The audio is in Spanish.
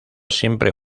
siempre